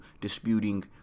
disputing